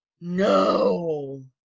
No